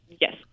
Yes